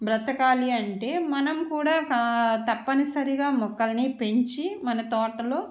బ్రతకాలి అంటే మనం కూడా తప్పనిసరిగా మొక్కలని పెంచి మన తోటలో